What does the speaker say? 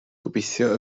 gobeithio